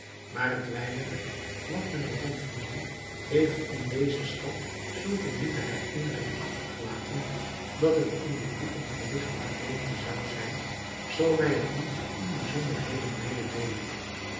maar het weinige wat men er van vernam heeft in deze stad zulk een diepe herinnering achtergelaten dat het in dit boek een gewichtige leemte zou zijn zoo wij het niet in bijzonderheden mededeelden